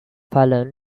fallon